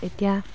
এতিয়া